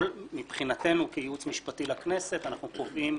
מבחינתנו כייעוץ משפטי לכנסת אנחנו קובעים,